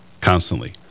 constantly